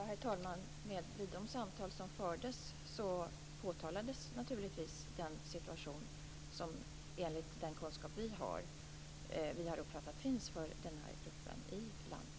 Herr talman! Vid de samtal som fördes påtalades naturligtvis den situation som vi - enligt den kunskap som vi har - har uppfattat finns i Uganda för den här gruppen.